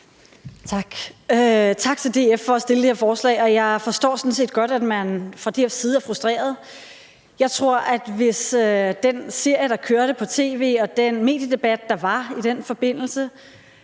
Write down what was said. Tak. Tak til DF for at stille det her forslag. Jeg forstår sådan set godt, at man fra DF's side er frustreret. Jeg tror, at hvis den serie, der kørte på tv, og den mediedebat, der var i den forbindelse,